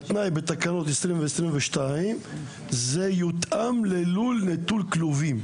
התנאי בתקנות 20 ו-22 הוא שיותאם ללול נטול כלובים.